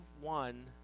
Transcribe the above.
one